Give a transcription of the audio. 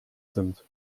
sind